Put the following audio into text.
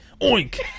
Oink